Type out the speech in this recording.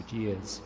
years